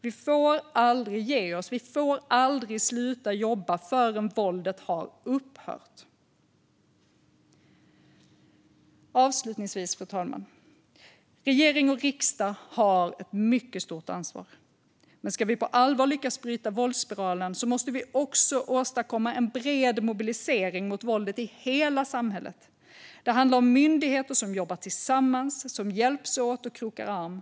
Vi får aldrig ge oss; vi får aldrig sluta jobba förrän våldet har upphört. Avslutningsvis, fru talman, har regering och riksdag ett mycket stort ansvar. Men ska vi på allvar lyckas bryta våldsspiralen måste vi också åstadkomma en bred mobilisering mot våldet i hela samhället. Det handlar om myndigheter som jobbar tillsammans, som hjälps åt och krokar arm.